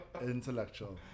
Intellectual